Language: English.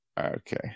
Okay